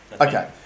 Okay